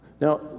Now